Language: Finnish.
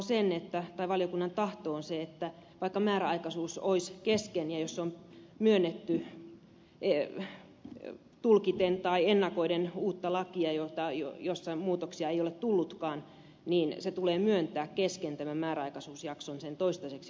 ihan selkeästi valiokunnan tahto on se että vaikka määräaikaisuus olisi kesken ja jos se on myönnetty tulkiten tai ennakoiden uutta lakia jossa muutoksia ei ole tullutkaan se tulee myöntää kesken tämän määräaikaisuusjakson toistaiseksi voimassa olevana